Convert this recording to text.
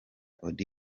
auddy